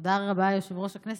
תודה רבה, יושב-ראש הכנסת.